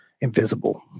invisible